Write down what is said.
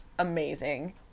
amazing